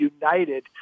United